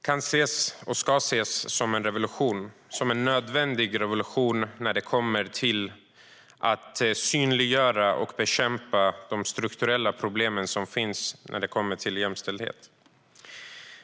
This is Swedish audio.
Den kan och ska ses som en revolution, en nödvändig revolution när det gäller att synliggöra och bekämpa de strukturella problem som finns i fråga om jämställdhet.